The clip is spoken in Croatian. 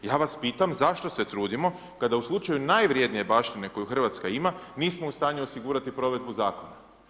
Ja vas pitam zašto se trudimo kada u slučaju najvrednije baštine koju RH ima nismo u stanju osigurati provedbu Zakona.